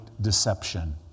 deception